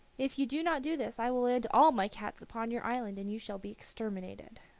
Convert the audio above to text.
if you do not do this i will land all my cats upon your island, and you shall be exterminated.